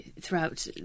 throughout